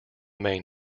main